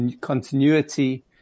continuity